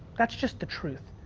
that's just the truth.